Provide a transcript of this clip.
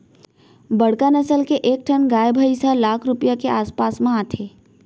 बड़का नसल के एक ठन गाय भईंस ह लाख रूपया के आस पास म आथे